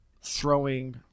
throwing